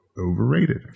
overrated